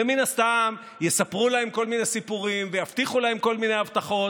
ומן הסתם יספרו להם כל מיני סיפורים ויבטיחו להם כל מיני הבטחות.